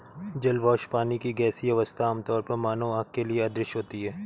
जल वाष्प, पानी की गैसीय अवस्था, आमतौर पर मानव आँख के लिए अदृश्य होती है